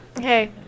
Hey